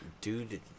Dude